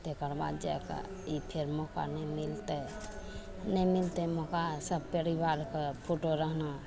तकर बाद जाके ई फेर मौका नहि मिलतै नहि मिलतै मौका सभ परिवारके फोटो रहना